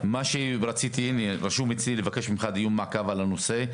רשום אצלי לבקש ממך דיון מעקב על בנושא.